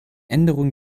änderung